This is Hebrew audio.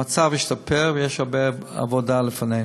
המצב השתפר, ויש הרבה עבודה לפנינו.